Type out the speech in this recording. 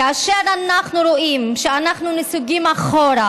כאשר אנחנו רואים שאנחנו נסוגים אחורה,